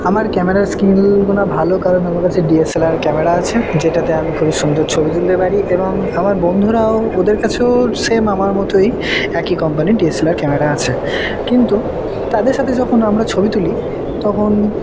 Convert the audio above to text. আমার ক্যামেরার স্ক্রিনগুলা ভালো কারণ আমার কাছে D S L R camera আছে যেটাতে আমি খুবই সুন্দর ছবি তুলতে পারি এবং আমার বন্ধুরাও ওদের কাছেও সেম আমার মতোই একই কোম্পানির D S L R camera আছে কিন্তু তাদের সাথে যখন আমরা ছবি তুলি তখন